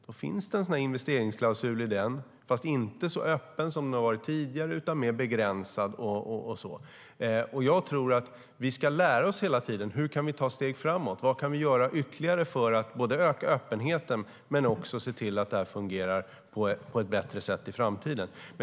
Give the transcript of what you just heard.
Det finns en investeringsklausul i det avtalet, fast inte så öppen som den har varit tidigare utan mer begränsad. Jag tror att vi hela tiden ska lära oss hur vi kan ta steg framåt och vad vi ytterligare kan göra för att både öka öppenheten och se till att det här fungerar på ett bättre sätt i framtiden.